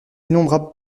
innombrables